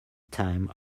time